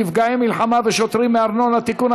נפגעי מלחמה ושוטרים מארנונה) (תיקון,